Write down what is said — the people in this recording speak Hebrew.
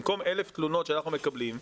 במקום אלף תלונות שאנחנו מקבלים,